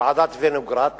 ועדת-וינוגרד,